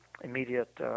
immediate